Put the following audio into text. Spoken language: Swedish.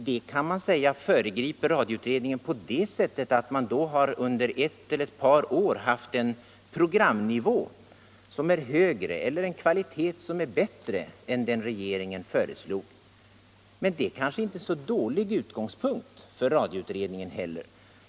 Det kan man säga föregriper radioutredningen på det sättet att Sveriges Radio under ett eller ett par år får en programnivå som är högre, en kvalitet som är bättre än den regeringen föreslog. Det är kanske inte en så dålig utgångspunkt för radioutredningen heller.